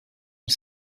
ont